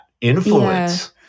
influence